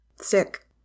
Sick